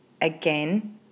again